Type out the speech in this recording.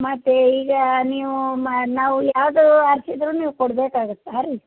ಮತ್ತು ಈಗ ನೀವು ಮ ನಾವು ಯಾವ್ದು ಹಚ್ಚಿದ್ರು ನೀವು ಕೊಡ್ಬೇಕಾಗತ್ತೆ ಹಾಂ ರೀ